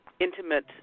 intimate